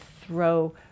throw